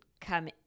come